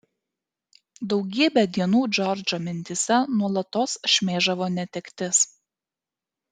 daugybę dienų džordžo mintyse nuolatos šmėžavo netektis